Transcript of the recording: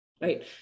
right